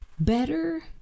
better